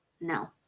No